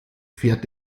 fährt